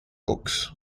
books